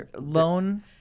Loan